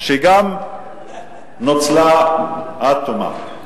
שגם נוצלה עד תומה.